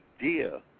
idea